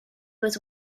was